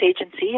agency